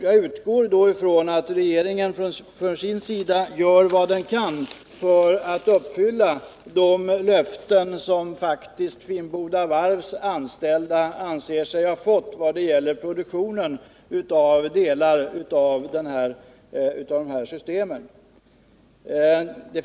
Jag utgår från att regeringen gör vad den kan för att uppfylla de löften som faktiskt Finnboda Varvs anställda anser sig ha fått när det gäller produktionen av delar av de system det här är fråga om.